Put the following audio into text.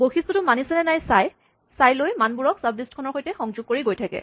বৈশিষ্টটো মানিছেনে নাই চাই লৈ মনাবোৰক চাবলিষ্ট খনৰ সৈতে সংযোগ কৰি গৈ থাকে